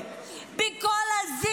בכל התהפוכות האלה,